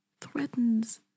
threatens